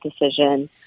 decision